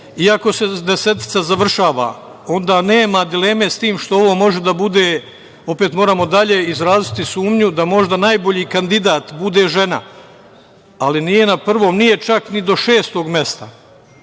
pola. Iako se desetica završava, onda nema dileme, s tim što ovo može da bude, opet moramo dalje izraziti sumnju da možda najbolji kandidat bude žena, ali nije na prvom, ni čak ni do šestog mesta.